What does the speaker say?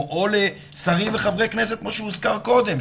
או לשרים ולחברי כנסת כמו שהוזכר קודם,